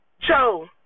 Joe